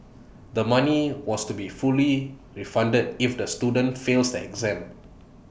the money was to be fully refunded if the students fail the exams